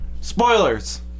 Spoilers